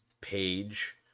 page